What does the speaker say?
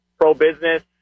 pro-business